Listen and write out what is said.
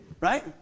right